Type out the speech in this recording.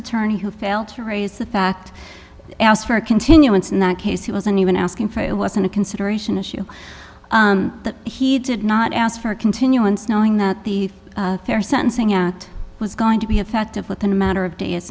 attorney who failed to raise the fact asked for a continuance in that case he wasn't even asking for it wasn't a consideration issue that he did not ask for a continuance knowing that the fair sentencing at was going to be effective within a matter of days